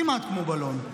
כמעט כמו בלון,